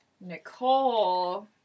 Nicole